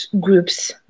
groups